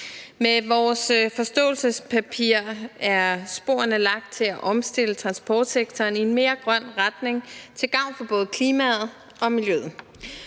Med vores forståelsespapir er sporene lagt til at omstille transportsektoren i en mere grøn retning til gavn for både klimaet og miljøet.